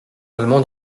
allemand